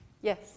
Yes